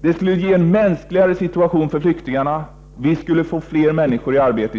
Det som jag föreslår skulle ge en mänskligare situation för flyktingarna, och Sverige skulle få fler människor i arbete.